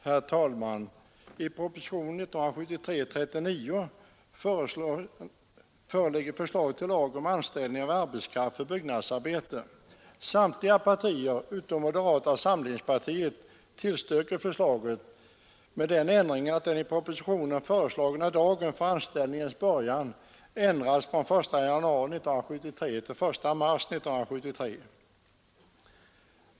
Herr talman! I propositionen 39 föreligger förslag till lag om anställning av arbetskraft för byggnadsarbete. Samtliga partier utom moderata samlingspartiet tillstyrker förslaget med den ändringen, att den i propositionen föreslagna dagen för anställningens början ändras från den 1 januari 1973 till den 1 mars 1973.